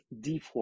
d4